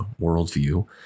worldview